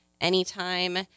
Anytime